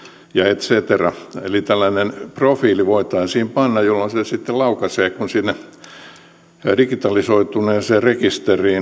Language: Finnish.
et cetera eli tällainen profiili voitaisiin panna jolloin sen sitten laukaisee kun sinne digitalisoituneeseen rekisteriin